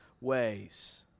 ways